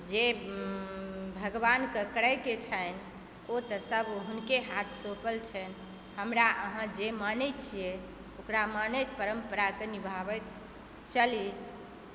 जे भगवानकेँ करै के छनि ओ तऽ सब हुनके हाथ सोँपल छनि हमरा अहाँ जे मानैत छियै ओकरा मानैत परम्पराकेँ निभाबैत चली